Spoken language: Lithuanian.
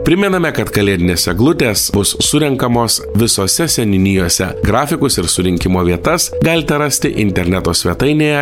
primename kad kalėdinės eglutės bus surenkamos visose seniūnijose grafikus ir surinkimo vietas galite rasti interneto svetainėje